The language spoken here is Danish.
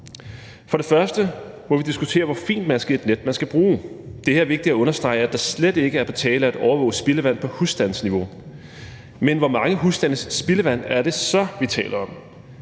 For det første må vi diskutere, hvor fintmasket et net man skal bruge. Det er her vigtigt at understrege, at det slet ikke er på tale at overvåge spildevand på husstandsniveau. Men hvor mange husstandes spildevand er det så, vi taler om?